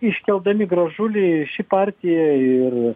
iškeldami gražulį ši partija ir